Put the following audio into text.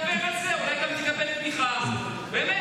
תדבר על זה, אולי גם תקבל תמיכה, באמת.